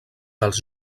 dels